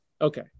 Okay